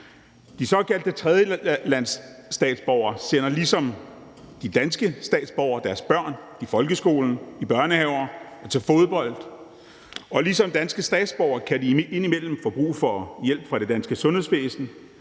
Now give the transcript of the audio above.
De såkaldte tredjelandsstatsborgere sender ligesom de danske statsborgere deres børn i folkeskolen, i børnehaver og til fodbold, og ligesom danske statsborgere kan de indimellem få brug for hjælp fra det danske sundhedsvæsen.